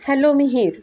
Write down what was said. hello Mihir